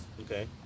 Okay